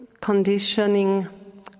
conditioning